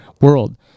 world